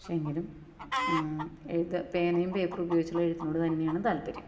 പക്ഷെ എങ്കിലും എഴുത്ത് പേനയും പേപ്പറും ഉപയോഗിച്ചിട്ടുള്ള എഴുത്തിനോട് തന്നെയാണ് താല്പര്യം